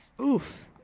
Oof